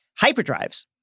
Hyperdrives